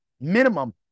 Minimum